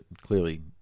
clearly